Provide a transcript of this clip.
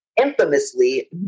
infamously